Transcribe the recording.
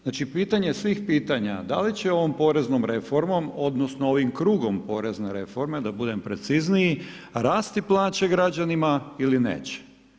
Znači, pitanje svih pitanja da li će ovom poreznom reformom odnosno ovim krugom porezne reforme, da budem precizniji, rasti plaće građanima ili neće?